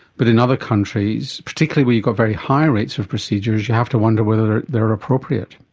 but in other countries, particularly where you've got very high rates of procedures, you have to wonder whether they are appropriate.